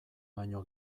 baino